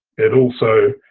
it also